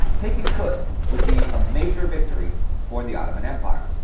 taking kut would be a major victory for the ottoman empire.